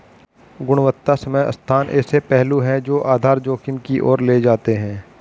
गुणवत्ता समय स्थान ऐसे पहलू हैं जो आधार जोखिम की ओर ले जाते हैं